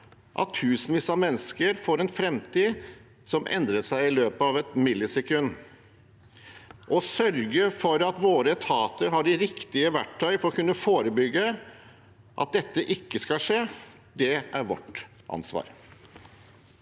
at tusenvis av mennesker får en framtid som endrer seg i løpet av et millisekund. Å sørge for at våre etater har de riktige verktøy for å kunne forebygge, og at dette ikke skal skje – det er vårt ansvar.